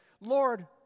Lord